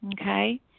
okay